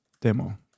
demo